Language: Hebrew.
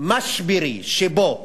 משברי שבו